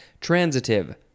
Transitive